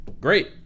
Great